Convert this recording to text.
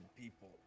people